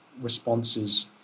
responses